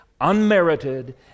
Unmerited